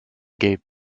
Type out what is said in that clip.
gave